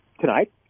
tonight